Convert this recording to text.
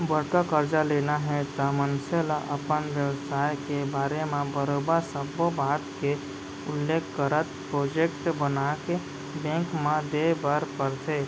बड़का करजा लेना हे त मनसे ल अपन बेवसाय के बारे म बरोबर सब्बो बात के उल्लेख करत प्रोजेक्ट बनाके बेंक म देय बर परथे